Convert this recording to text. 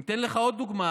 אני אתן לך עוד דוגמה,